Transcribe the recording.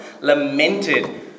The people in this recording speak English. lamented